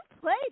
played